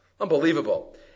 Unbelievable